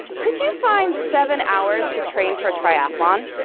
could you find seven hours to train for a triathlon?